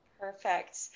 Perfect